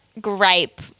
gripe